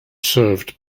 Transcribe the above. served